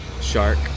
shark